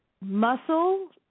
Muscle